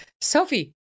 Sophie